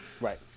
right